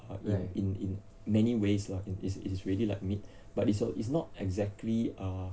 in in in many ways lah it's it's really like meat but it's not exactly ah